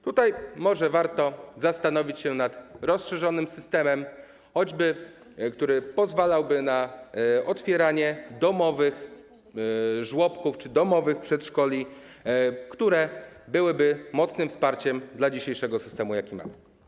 Tutaj może warto zastanowić się nad rozszerzonym systemem, który pozwalałby na otwieranie domowych żłobków czy domowych przedszkoli, które byłyby mocnym wsparciem dla dzisiejszego systemu, jaki mamy.